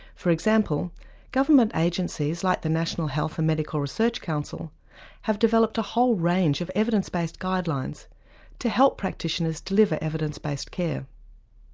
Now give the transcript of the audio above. for example government agencies like the national health and medical research council have developed a whole range of evidence based guidelines to help practitioners to deliver evidence based care.